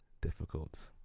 difficult